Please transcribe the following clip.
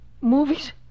movies